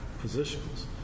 positions